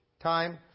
time